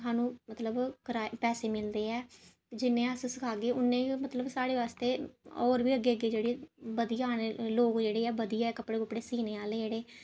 सानूं मतलब कराए पैसे मिलदे ऐ जि'नेंगी अस सिखागे उ'नें मतलब साढ़े आस्ते होर बी अग्गें अग्गें जेह्ड़े बद्धी आने लोक जेह्ड़े बधिया सीने आह्ले न जेह्ड़े